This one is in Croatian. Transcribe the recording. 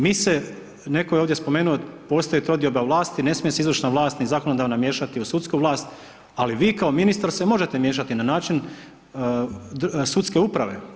Mi se, netko je ovdje spomenuo, postoji trodioba vlasti, ne smije se izvršna vlast, ni zakonodavna miješati u sudsku vlast, ali vi kao ministar se možete miješati na način sudske uprave.